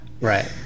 Right